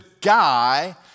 guy